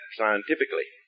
scientifically